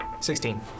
sixteen